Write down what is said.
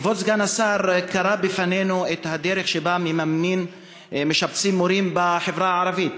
כבוד סגן השר קרא בפנינו את הדרך שבה משבצים מורים בחברה הערבית.